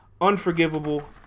Unforgivable